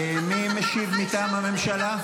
אתה אישרת וקידמת -- מי משיב מטעם הממשלה?